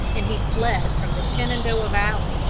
and he fled from the shenandoah valley,